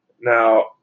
now